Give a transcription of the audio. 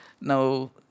Now